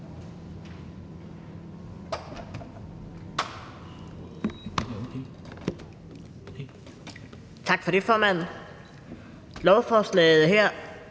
Tak for det, formand. Lovforslaget her